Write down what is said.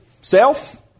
self